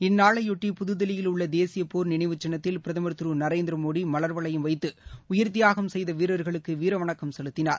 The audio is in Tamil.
இந்நாளையொட்டி புதுதில்லியில் உள்ள தேசிய போர் நினைவு சின்னத்தில் பிரதமர் திரு நரேந்திர மோடி மலர்வளையம் வைத்து உயிர்தியாகம் செய்த வீர்களுக்கு வீரவணக்கம் செலுத்தினார்